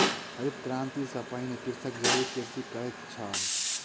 हरित क्रांति सॅ पहिने कृषक जैविक कृषि करैत छल